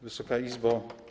Wysoka Izbo!